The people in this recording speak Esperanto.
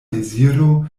deziro